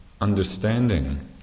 understanding